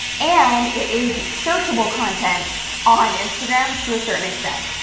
and it is the searchable content on instagram to a certain extent.